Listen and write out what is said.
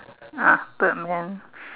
ah third man